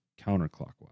counterclockwise